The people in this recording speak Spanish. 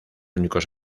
únicos